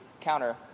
counter